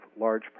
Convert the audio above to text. large